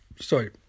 sorry